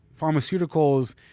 pharmaceuticals